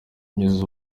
kugeza